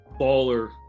baller